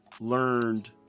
learned